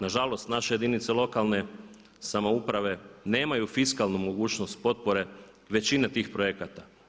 Nažalost naše jedinice lokalne samouprave nemaju fiskalnu mogućnost potpore većine tih projekata.